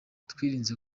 twirinze